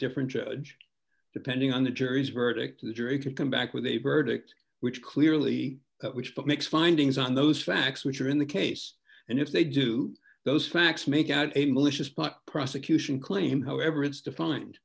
different judge depending on the jury's verdict the jury could come back with a verdict which clearly which makes findings on those facts which are in the case and if they do those facts make out a malicious part prosecution claim however it's defined